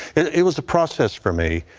it was a process for me.